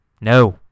No